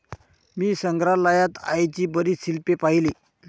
मी संग्रहालयात आईची बरीच शिल्पे पाहिली